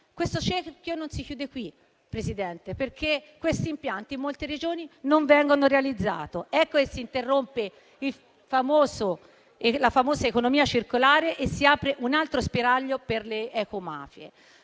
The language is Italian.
Questo cerchio non si chiude qui, Presidente, perché questi impianti in molte Regioni non vengono realizzati. Ecco che si interrompe la famosa economia circolare e si apre un altro spiraglio per le ecomafie.